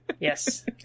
Yes